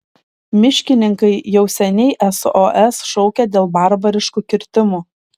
miškininkai jau seniai sos šaukia dėl barbariškų kirtimų